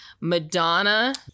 Madonna